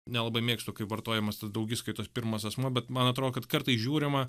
nelabai mėgstu kai vartojamas tas daugiskaitos pirmas asmuo bet man atrodo kad kartais žiūrima